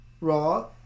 Raw